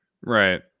Right